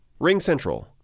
RingCentral